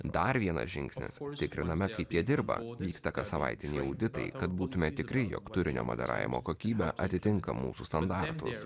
dar vienas žingsnis tikriname kaip jie dirba vyksta kas savaitiniai auditai kad būtume tikri jog turinio moderavimo kokybė atitinka mūsų standartus